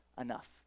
enough